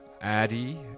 Addy